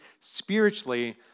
spiritually